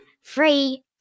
free